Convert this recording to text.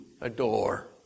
adore